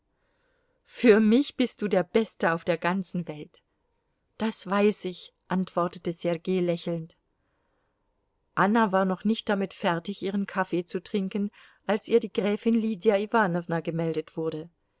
für mich bist du der beste auf der ganzen welt das weiß ich antwortete sergei lächelnd anna war noch nicht damit fertig ihren kaffee zu trinken als ihr die gräfin lydia iwanowna gemeldet wurde